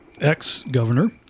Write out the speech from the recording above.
ex-governor